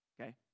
Okay